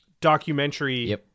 documentary